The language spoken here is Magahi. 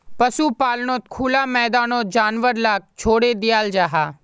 पशुपाल्नोत खुला मैदानोत जानवर लाक छोड़े दियाल जाहा